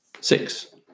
Six